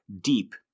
deep